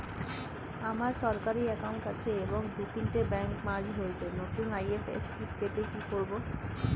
আমার সরকারি একাউন্ট আছে এবং দু তিনটে ব্যাংক মার্জ হয়েছে, নতুন আই.এফ.এস.সি পেতে কি করব?